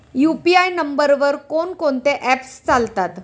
UPI नंबरवर कोण कोणते ऍप्स चालतात?